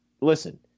listen